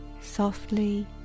softly